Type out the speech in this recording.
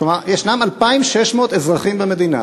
כלומר, יש 2,600 אזרחים במדינה